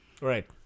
Right